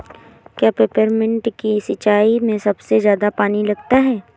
क्या पेपरमिंट की सिंचाई में सबसे ज्यादा पानी लगता है?